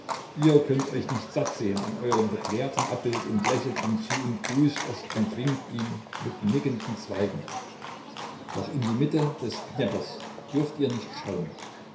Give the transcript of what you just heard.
ihr könnt euch nicht sattsehn an euerm verklärten abbild und lächelt ihm zu und grüßt es und winkt ihm mit nickenden zweigen doch in die mitte des dnjeprs dürft ihr nicht schauen